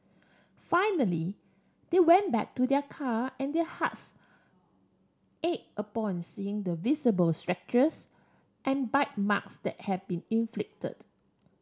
finally they went back to their car and their hearts ache upon seeing the visible scratches and bite marks that had been inflicted